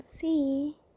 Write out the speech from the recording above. see